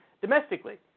domestically